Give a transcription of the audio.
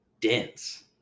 dense